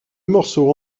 morceau